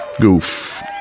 Goof